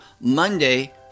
Monday